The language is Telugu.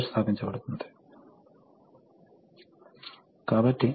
కానీ సాధారణంగా మీరు అనేక ఇతర పరికరాలను కలిగి ఉండవచ్చు